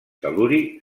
tel·luri